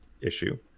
issue